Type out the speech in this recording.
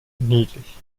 niedlich